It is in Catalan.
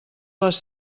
les